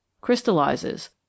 Crystallizes